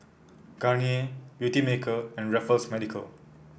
Garnier Beautymaker and Raffles Medical